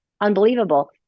unbelievable